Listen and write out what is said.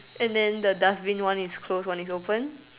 and then the dust Bin one is close one is open